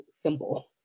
simple